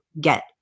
get